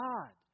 God